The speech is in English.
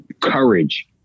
courage